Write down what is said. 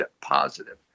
positive